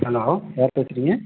hello யார் பேசுகிறீங்க